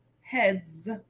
heads